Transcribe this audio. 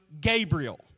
Gabriel